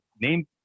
name